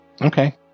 Okay